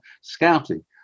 scouting